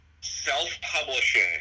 self-publishing